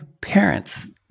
parents